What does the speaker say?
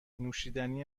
نوشیدنی